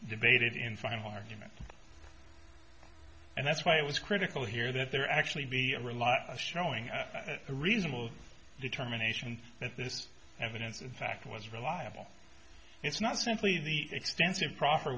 debated in final argument and that's why it was critical here that there actually be a real lot a showing a reasonable determination that this evidence in fact was reliable it's not simply the extensive pro